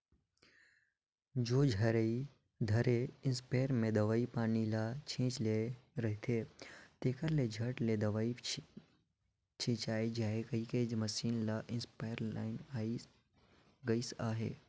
सोझ हरई धरे धरे इस्पेयर मे दवई पानी ल छीचे ले रहथे, तेकर ले झट ले दवई छिचाए जाए कहिके मसीन वाला इस्पेयर चलन आए गइस अहे